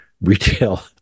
retail